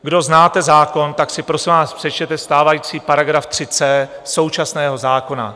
Kdo znáte zákon, tak si prosím vás přečtěte stávající § 3c současného zákona.